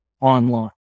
online